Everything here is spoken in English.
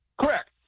Correct